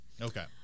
Okay